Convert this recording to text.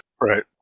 Right